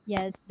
Yes